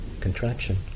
contraction